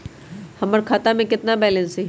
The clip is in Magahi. हमर खाता में केतना बैलेंस हई?